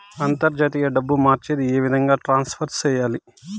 అంతర్జాతీయ డబ్బు మార్చేది? ఏ విధంగా ట్రాన్స్ఫర్ సేయాలి?